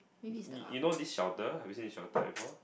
y~ you know this shelter have you seen this shelter before